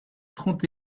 trente